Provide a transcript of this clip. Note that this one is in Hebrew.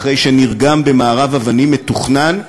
אחרי שנרגם במארב אבנים מתוכנן,